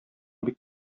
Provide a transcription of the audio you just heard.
бик